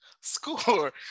score